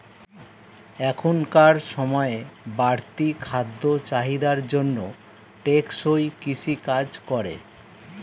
এখনকার সময়ের বাড়তি খাদ্য চাহিদার জন্য টেকসই কৃষি কাজ করে